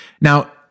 Now